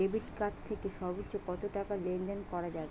Debit card থেকে সর্বোচ্চ কত টাকা লেনদেন করা যাবে?